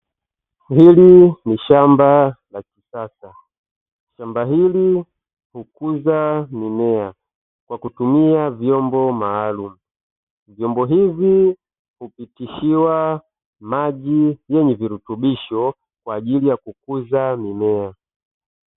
Hili ni shamba la kisasa, shamba hili hukuza mimea kwa kutumia vyombo maalumu. Vyombo hivi hupitishiwa maji yenye virutubisho kwa ajili ya kukuza mimea.